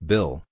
Bill